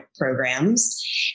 programs